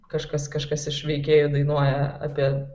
kažkas kažkas iš veikėjų dainuoja apie